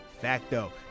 Facto